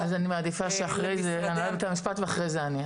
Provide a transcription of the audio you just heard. אז אני מעדיפה שקודם ידברו הנהלת בתי המשפט ואז אני.